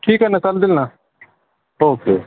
ठीक आहे ना चालतील ना ओके